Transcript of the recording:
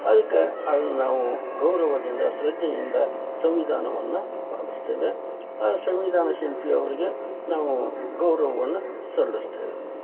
ಅದಕ್ಕೆ ಅದನ್ನ ನಾವು ಗೌರವದಿಂದ ಶ್ರದ್ಧೆಯಿಂದ ಸಂವಿಧಾನವನ್ನು ಭಾವಿಸ್ತೇವೆ ಸಂವಿಧಾನ ಶಿಲ್ಪಿ ಅವರಿಗೆ ನಾವು ಗೌರವವನ್ನು ಸಲ್ಲಿಸ್ತೇವೆ